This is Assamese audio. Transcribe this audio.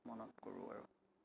মনত কৰোঁ আৰু